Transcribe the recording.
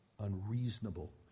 unreasonable